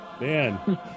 Man